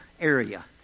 area